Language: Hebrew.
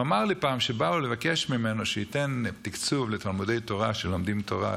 הוא אמר לי פעם שבאו לבקש ממנו שייתן תקציב לתלמודי תורה שלומדים תורה,